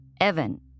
Evan